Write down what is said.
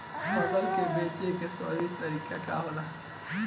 फसल के बेचे के सर्वोत्तम तरीका का होला?